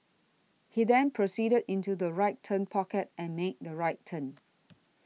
he then proceeded into the right turn pocket and made the right turn